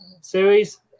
series